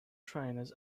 trainers